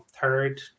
third